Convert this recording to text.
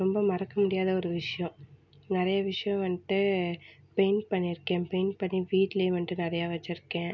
ரொம்ப மறக்க முடியாத ஒரு விஷயம் நிறையா விஷயம் வந்துட்டு பெயிண்ட் பண்ணியிருக்கேன் பெயிண்ட் பண்ணி வீட்டில் வந்துட்டு நிறையா வச்சுருக்கேன்